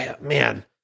man